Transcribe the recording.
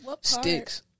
sticks